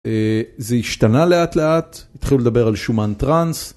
זה השתנה לאט לאט, התחילו לדבר על שומן טראס,